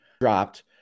dropped